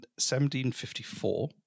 1754